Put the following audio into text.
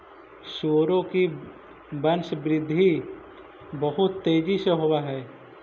सुअरों की वंशवृद्धि बहुत तेजी से होव हई